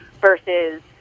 versus